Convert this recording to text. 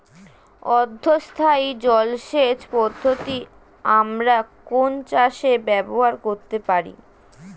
অর্ধ স্থায়ী জলসেচ পদ্ধতি আমরা কোন চাষে ব্যবহার করতে পারি?